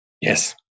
Yes